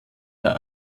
der